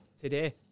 today